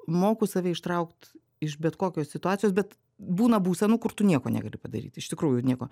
moku save ištraukt iš bet kokios situacijos bet būna būsenų kur tu nieko negali padaryt iš tikrųjų nieko